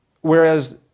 whereas